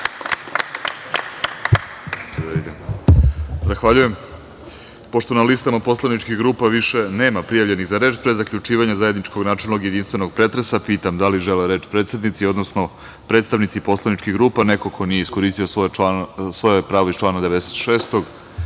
Zahvaljujem. Pošto na listama poslaničkih grupa više nema prijavljenih za reč, pre zaključivanja zajedničkog načelnog i jedinstvenog pretresa, pitam da li žele reč predsednici, odnosno predstavnici poslaničkih grupa, neko ko nije iskoristio svoje pravo iz člana 96.